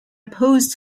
opposed